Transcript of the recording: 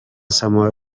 само